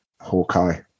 Hawkeye